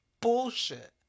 bullshit